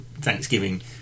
Thanksgiving